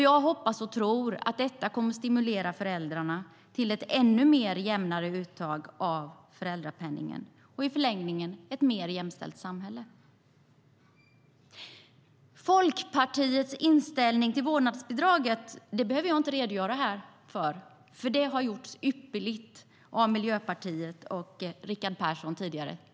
Jag hoppas och tror att detta kommer att stimulera föräldrarna till ett ännu jämnare uttag av föräldrapenningen och i förlängningen ett mer jämställt samhälle. Folkpartiets inställning till vårdnadsbidraget behöver jag inte redogöra för, för det har gjorts ypperligt av Miljöpartiet och Rickard Persson tidigare.